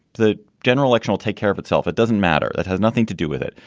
the general actual take care of itself. it doesn't matter. that has nothing to do with it.